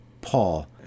Paul